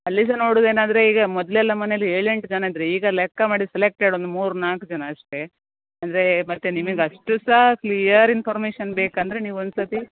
ಅಲ್ಲಿ ಸಹ ನೋಡುದು ಏನಂದರೆ ಈಗ ಮೊದಲೆಲ್ಲ ಮನೇಲಿ ಏಳೆಂಟು ಜನ ಇದ್ರು ಈಗ ಲೆಕ್ಕ ಮಾಡಿ ಸೆಲೆಕ್ಟೆಡ್ ಒಂದು ಮೂರು ನಾಕು ಜನ ಅಷ್ಟೇ ಅಂದರೆ ಮತ್ತೆ ನಿಮಿಗೆ ಅಷ್ಟು ಸಹ ಕ್ಲಿಯರ್ ಇನ್ಫಾರ್ಮೇಷನ್ ಬೇಕಂದರೆ ನೀವು ಒಂದುಸತಿ